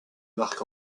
marc